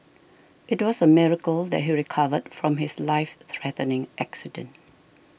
it was a miracle that he recovered from his life threatening accident